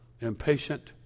impatient